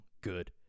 good